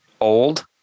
old